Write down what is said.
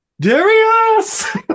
darius